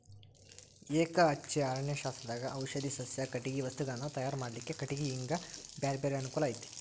ಎಕಹಚ್ಚೆ ಅರಣ್ಯಶಾಸ್ತ್ರದಾಗ ಔಷಧಿ ಸಸ್ಯ, ಕಟಗಿ ವಸ್ತುಗಳನ್ನ ತಯಾರ್ ಮಾಡ್ಲಿಕ್ಕೆ ಕಟಿಗಿ ಹಿಂಗ ಬ್ಯಾರ್ಬ್ಯಾರೇ ಅನುಕೂಲ ಐತಿ